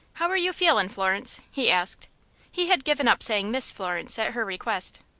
how are you feelin', florence? he asked he had given up saying miss florence at her request.